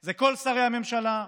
זה כל שרי הממשלה,